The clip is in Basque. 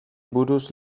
buruz